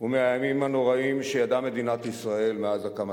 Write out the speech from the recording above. הוא מהימים הנוראיים שידעה מדינת ישראל מאז הקמתה.